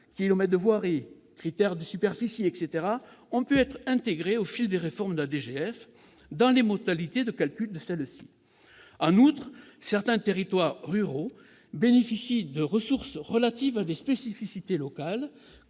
kilomètres de voirie, critère de superficie, etc. -ont pu être intégrées au fil des réformes de la DGF dans les modalités de calcul de celle-ci. En outre, certains territoires ruraux bénéficient de ressources relatives à des spécificités locales,